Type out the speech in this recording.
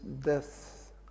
death